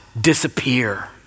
disappear